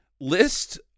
list